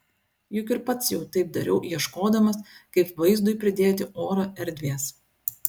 juk ir pats jau taip dariau ieškodamas kaip vaizdui pridėti oro erdvės